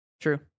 true